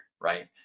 right